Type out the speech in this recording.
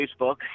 Facebook